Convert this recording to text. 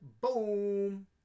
Boom